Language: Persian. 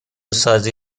سازی